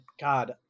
god